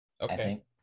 Okay